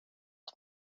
jag